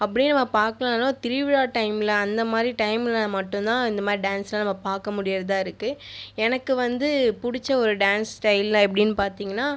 அப்படியே நம்ம பார்க்கலானும் அது திருவிழா டைமில் அந்த மாதிரி டைமில் மட்டுந்தான் இந்த மாதிரி டான்ஸ்லாம் நம்ப பார்க்க முடிகிறதா இருக்குது எனக்கு வந்து பிடிச்ச ஒரு டான்ஸ் ஸ்டைல் அப்படினு பார்த்தீங்கனா